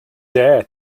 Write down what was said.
dare